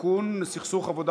אני מניח, אורית סטרוק, בעד,